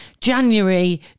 January